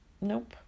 nope